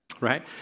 Right